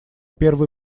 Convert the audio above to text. первый